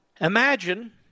Imagine